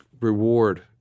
reward